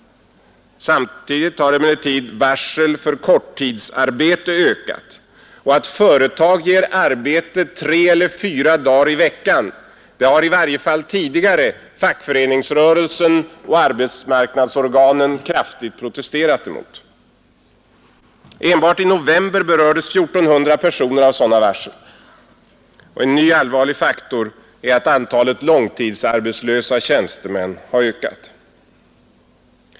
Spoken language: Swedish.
Samtidigt har emellertid varsel för korttidsarbete ökat, och att företag ger arbete tre eller fyra dagar i veckan har i varje fall tidigare fackföreningsrörelsen och arbetsmarknadsorganen kraftigt protesterat emot. Enbart i november berördes 1 400 personer av sådana varsel. En ny allvarlig faktor är att antalet långtidsarbetslösa tjänstemän har ökat.